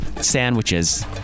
sandwiches